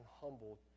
humbled